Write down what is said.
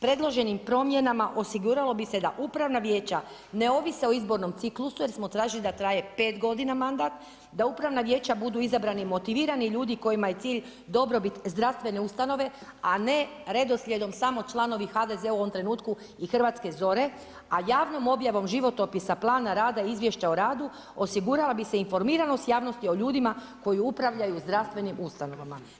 Predloženim promjenama osiguralo bi se da upravna vijeća ne ovise o izbornom ciklusu jer smo tražili da traje 5 godina mandat, da upravna vijeća budu izabrani motivirani ljudi kojima je cilj dobrobit zdravstvene ustanove, a ne redoslijedom samo članovi HDZ-a u ovom trenutku i hrvatske zore, a javnom objavom životopisa, plana rada i izvješća o radu osigurala bi se informiranost javnosti o ljudima koji upravljaju zdravstvenim ustanovama.